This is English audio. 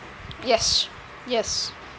yes yes